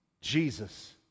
Jesus